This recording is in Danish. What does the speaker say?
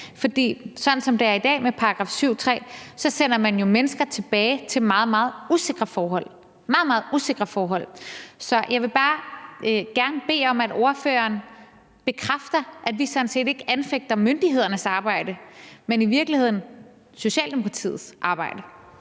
For sådan som det er i dag med § 7, stk. 3, sender man jo mennesker tilbage til nogle meget, meget usikre forhold. Så jeg vil bare gerne bede om, at ordføreren bekræfter, at vi sådan set ikke anfægter myndighedernes arbejde, men i virkeligheden Socialdemokratiets arbejde.